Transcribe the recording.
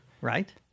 right